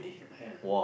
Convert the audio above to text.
ya